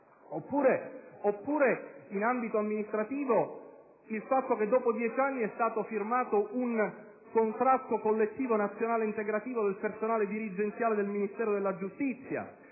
Oppure, in ambito amministrativo, si può ricordare che dopo dieci anni è stato firmato un contratto collettivo nazionale integrativo del personale dirigenziale del Ministero della giustizia,